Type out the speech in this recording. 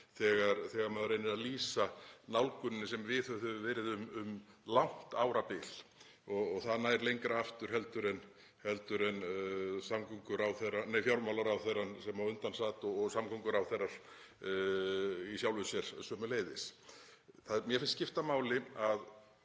þegar maður reynir að lýsa nálguninni sem viðhöfð hefur verið um langt árabil. Það nær lengra aftur heldur en fjármálaráðherrann sem á undan sat og samgönguráðherrar í sjálfu sér sömuleiðis. Mér finnst skipta máli að